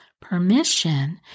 permission